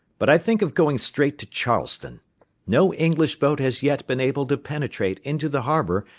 but i think of going straight to charleston no english boat has yet been able to penetrate into the harbour,